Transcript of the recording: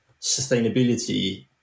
sustainability